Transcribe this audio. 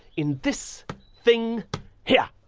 in this thing here,